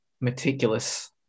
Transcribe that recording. meticulous